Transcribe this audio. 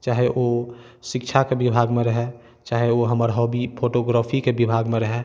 चाहे ओ शिक्षाके विभागमे रहै चाहे ओ हमर हॉबी फोटोग्राफीके विभागमे रहै